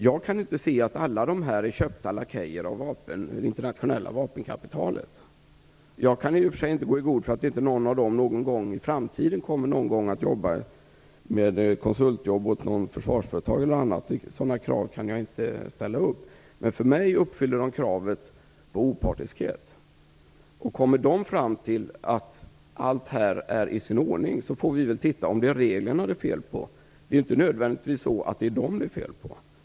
Jag kan inte se att alla dessa är köpta lakejer av det internationella vapenkapitalet. Jag kan i och för sig inte gå i god för att någon av dem inte någon gång i framtiden kommer att jobba med konsultuppdrag åt försvarsföretag eller annat. Sådana krav kan jag inte ställa upp. Men för mig uppfyller de kravet på opartiskhet. Om de kommer fram till att allt här är i sin ordning får vi väl se efter om det är reglerna som det är fel på. Det är inte nödvändigtvis så att det är dessa personer som det är fel på.